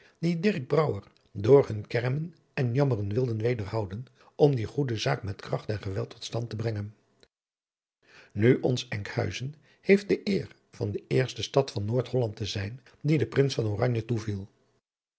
door hun kermen en jammeren wilden wederhouden om die goede zaak met kracht en geweld tot stand te brengen nu ons enkhuizen heeft de eer van de eerste stad van noordholland te zjjn die den prins van oranje toeviel